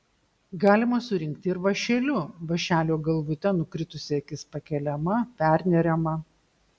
galima surinkti ir vąšeliu vąšelio galvute nukritusi akis pakeliama perneriama